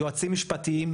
יועצים משפטיים,